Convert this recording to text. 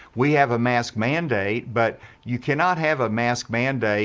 we have a mask mandate but you cannot have a mask mandate